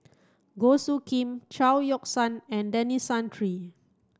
Goh Soo Khim Chao Yoke San and Denis Santry